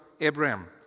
Abraham